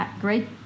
great